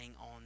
on